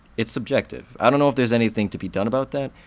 it's subjective. i don't know if there's anything to be done about that,